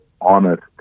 honest